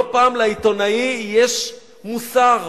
לא פעם לעיתונאי יש מוסר,